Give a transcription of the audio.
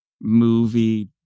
movie